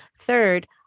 Third